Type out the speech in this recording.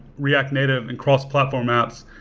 react native and cross-platform apps.